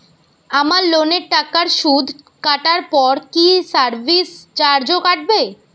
আমার লোনের টাকার সুদ কাটারপর কি সার্ভিস চার্জও কাটবে?